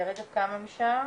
עיתונאי במקצועי,